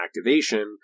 activation